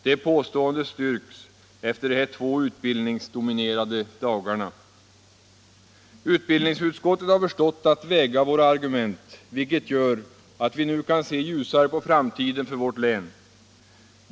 Det påståendet styrks efter de här två utbildningsdominerade debattdagarna. Utbildningsutskottet har förstått att väga våra argument, vilket gör att vi nu kan se ljusare på framtiden för vårt län.